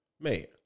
mate